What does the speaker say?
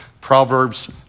Proverbs